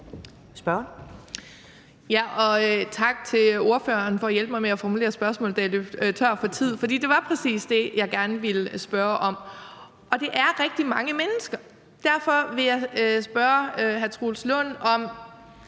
Tak til ordføreren for at hjælpe mig med at formulere spørgsmålet, da jeg løb tør for tid. For det var præcis det, jeg gerne ville spørge om, og det er rigtig mange mennesker. Derfor vil jeg spørge hr. Troels Lund